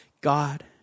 God